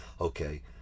okay